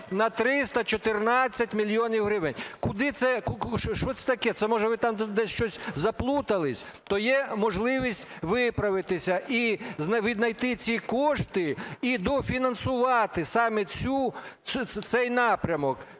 на 314 мільйонів гривень. Що це таке? Це може ви там десь щось заплутались? То є можливість виправитися і віднайти ці кошти, і дофінансувати саме цей напрямок.